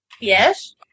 Yes